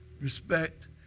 respect